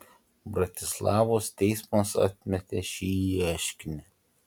bratislavos teismas atmetė šį ieškinį